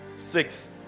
Six